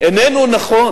איננו נכון